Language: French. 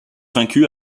vaincus